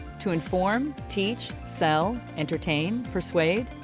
to inform, teach, sell, entertain, persuade?